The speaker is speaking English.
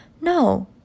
No